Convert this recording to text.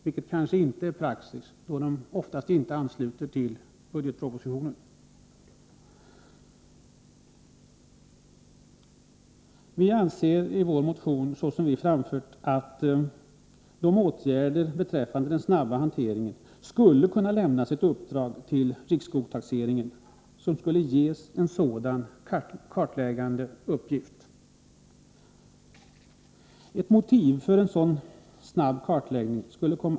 Jag säger detta trots att jag vet att det kanske inte är praxis, eftersom de flesta av dessa motioner inte ansluter till budgetpropositionen. Vidare anser vi i motionen att riksskogstaxeringen skulle kunna få i uppdrag att göra nämnda kartläggning.